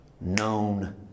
known